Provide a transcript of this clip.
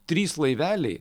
trys laiveliai